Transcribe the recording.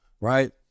right